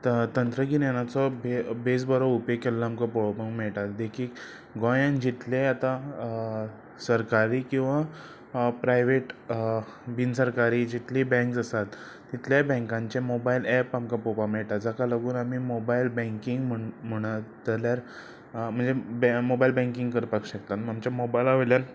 तंत्रगिन्यानाचो बेस बरो उपेग केल्लो आमकां पळोवपाक मेळटा देखीक गोंयान जितले आतां सरकारी किंवां प्रायवेट बिन सरकारी जितली बँक्स आसात तितल्याय बँकांचे मोबायल एप आमकां पळोवपाक मेळटा जाका लागून आमी मोबायल बँकींग म्हण म्हणत जाल्यार म्हणजे मोबायल बँकींग करपाक शकतात आमच्या मोबायला वयल्यान